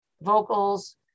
vocals